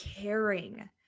caring